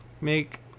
make